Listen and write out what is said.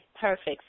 perfect